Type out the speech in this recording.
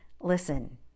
Listen